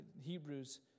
Hebrews